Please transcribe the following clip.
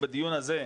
בדיון הזה,